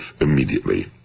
immediately